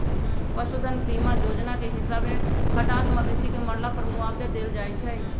पशु धन बीमा जोजना के हिसाबे हटात मवेशी के मरला पर मुआवजा देल जाइ छइ